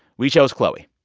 we chose chloe.